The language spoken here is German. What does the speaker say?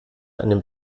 einem